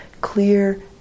clear